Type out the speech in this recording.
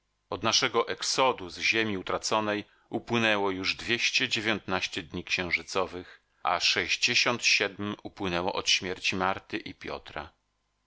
od naszego exodu z ziemi utraconej upłynęło już dwieście dziewiętnaście dni księżycowych a sześćdziesiąt siedm upłynęło od śmierci marty i piotra